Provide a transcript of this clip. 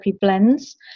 blends